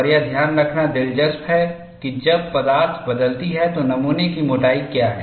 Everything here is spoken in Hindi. और यह ध्यान रखना दिलचस्प है कि जब पदार्थ बदलती है तो नमूने की मोटाई क्या है